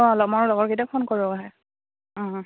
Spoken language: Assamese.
অঁ অলপ মোৰ লগৰকেইটাক ফোন কৰোঁ আহে